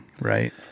right